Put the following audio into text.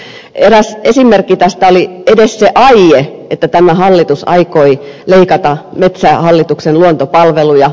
eräs esimerkki tästä oli edes se aie että tämä hallitus aikoi leikata metsähallituksen luontopalveluja